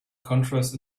contrast